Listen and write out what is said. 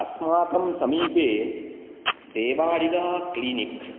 अस्माकं समीपे देवाडिगाक्लीनिक्